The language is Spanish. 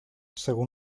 según